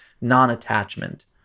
non-attachment